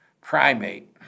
primate